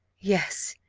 yes,